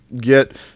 get